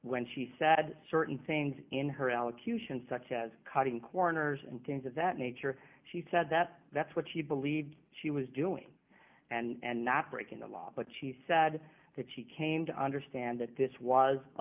when she said certain things in her allocution such as cutting corners and things of that nature she said that that's what she believed she was doing and not breaking the law but she said that she came to understand that this was a